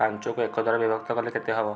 ପାଞ୍ଚକୁ ଏକ ଦ୍ୱାରା ବିଭକ୍ତ କଲେ କେତେ ହେବ